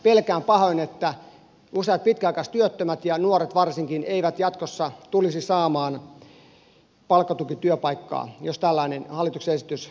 pelkään pahoin että useat pitkäaikaistyöttömät ja nuoret varsinkin eivät jatkossa tulisi saamaan palkkatukityöpaikkaa jos tällainen hallituksen esitys tänne asti tulee